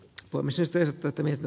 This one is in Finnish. huomisesta ja tätä mieltä